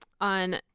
On